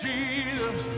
Jesus